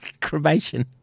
cremation